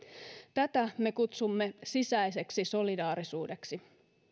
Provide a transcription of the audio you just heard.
tätä me kutsumme sisäiseksi solidaarisuudeksi